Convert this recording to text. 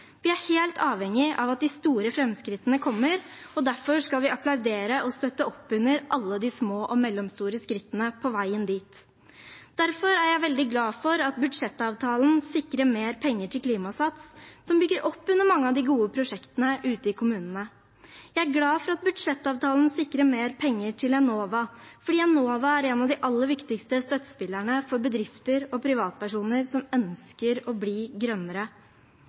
Vi er helt avhengig av at de store framskrittene kommer, og derfor skal vi applaudere og støtte opp under alle de små og mellomstore skrittene på veien dit. Derfor er jeg veldig glad for at budsjettavtalen sikrer mer penger til Klimasats, som bygger opp under mange av de gode prosjektene ute i kommunene. Jeg er glad for at budsjettavtalen sikrer mer penger til Enova, fordi Enova er en av de aller viktigste støttespillerne for bedrifter og privatpersoner som ønsker å bli grønnere.